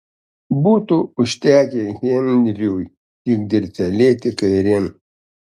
būtų užtekę henriui tik dirstelėti kairėn